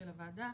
של הוועדה.